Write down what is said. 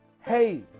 Hey